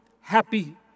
happy